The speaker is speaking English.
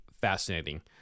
fascinating